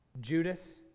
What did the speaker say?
Judas